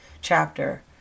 chapter